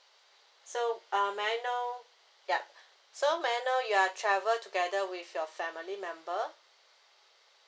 so uh may I know yup so may I know you are travel together with your family member